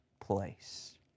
place